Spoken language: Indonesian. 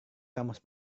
kamus